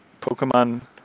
Pokemon